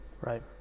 Right